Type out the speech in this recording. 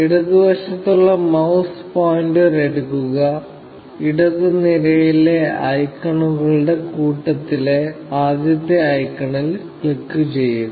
ഇടതുവശത്തുള്ള mouse pointer എടുക്കുക ഇടത് നിരയിലെ ഐക്കണുകളുടെ കൂട്ടത്തിലെ ആദ്യത്തെ ഐക്കണിൽ ക്ലിക്കുചെയ്യുക